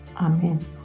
Amen